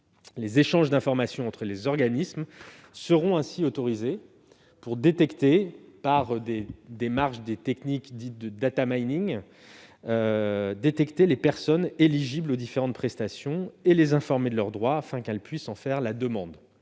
Les échanges d'informations entre les organismes seront ainsi autorisés pour détecter, par des techniques dites de, les personnes éligibles aux différentes prestations et les informer de leurs droits, afin qu'elles puissent en faire la demande.